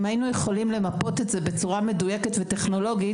אם היינו יכולים למפות את זה בצורה מדויקת וטכנולוגית,